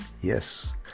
Yes